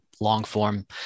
long-form